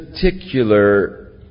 particular